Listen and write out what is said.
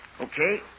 Okay